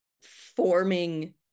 forming